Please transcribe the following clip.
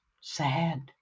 sad